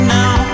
now